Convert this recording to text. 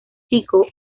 chico